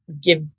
give